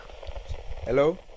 Hello